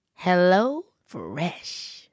HelloFresh